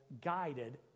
guided